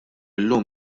llum